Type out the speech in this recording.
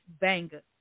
Banger